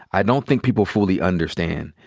i don't think people fully understand.